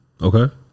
Okay